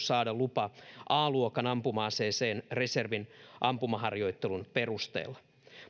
saada lupa a luokan ampuma aseeseen reservin ampumaharjoittelun perusteella